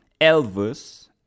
Elvis